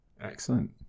Excellent